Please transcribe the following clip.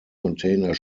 container